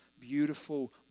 beautiful